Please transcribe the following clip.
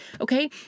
okay